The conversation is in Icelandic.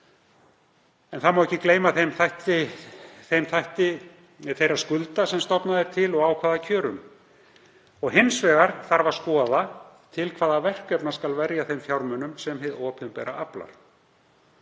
en ekki má gleyma þætti þeirra skulda sem stofnað er til og á hvaða kjörum, og hins vegar þarf að skoða til hvaða verkefna skal verja þeim fjármunum sem hið opinbera aflar.